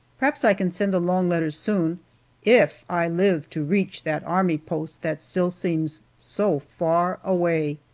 perhaps i can send a long letter soon if i live to reach that army post that still seems so far away.